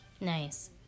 Nice